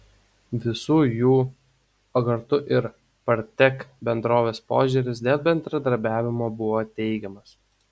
visų jų o kartu ir partek bendrovės požiūris dėl bendradarbiavimo buvo teigiamas